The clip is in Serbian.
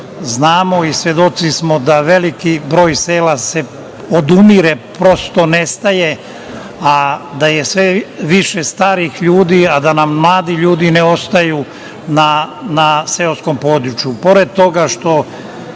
znamo i svedoci smo da veliki broj sela odumire, nestaje, a da je sve više starih ljudi, a da nam mladi ljudi ne ostaju na seoskom području. Pored